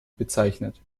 bezeichnet